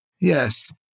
Yes